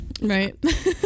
right